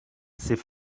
c’est